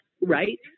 right